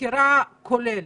סקירה כוללת.